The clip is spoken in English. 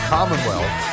Commonwealth